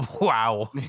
Wow